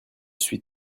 suis